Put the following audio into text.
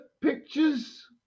pictures